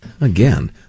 Again